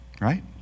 Right